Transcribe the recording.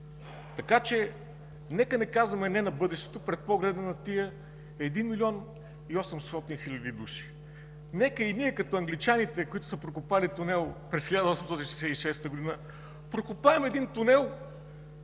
гарантиран. Нека не казваме „не” на бъдещето пред погледа на тези 1 млн. 800 хил. души. Нека и ние, като англичаните, които са прокопали тунел през 1866 г., прокопаем един тунел,